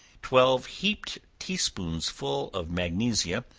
twelve heaped tea-spoonsful of magnesia,